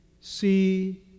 see